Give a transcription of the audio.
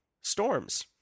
storms